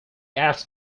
asked